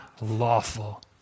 lawful